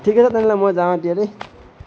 ঠিক আছে তেনেহ'লে মই যাওঁ এতিয়া দেই